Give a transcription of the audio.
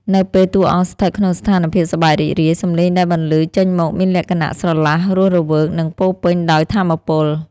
នៅពេលតួអង្គស្ថិតក្នុងស្ថានភាពសប្បាយរីករាយ សំឡេងដែលបន្លឺចេញមកមានលក្ខណៈស្រឡះ រស់រវើក និងពោពេញដោយថាមពល។